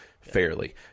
Fairly